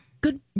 good